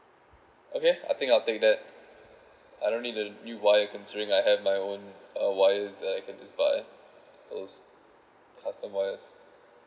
okay I think I'll take that I don't need the new wire considering I have my own uh wires that I can just buy or customized